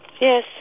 Yes